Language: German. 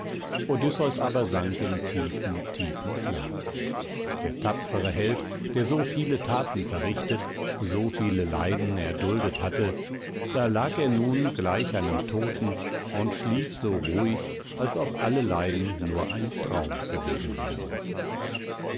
odysseus aber sank in tiefen tiefen schlaf der tapfere held der so viele thaten verrichtet so viele leiden erduldet hatte da lag er nun gleich einem toten und schlief so ruhig als ob alle leiden nur ein traum gewesen wären